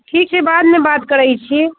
ठीक छै बादमे बात करैत छी